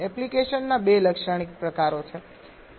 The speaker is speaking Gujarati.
એપ્લિકેશનના બે લાક્ષણિક પ્રકારો છે